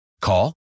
Call